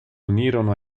unirono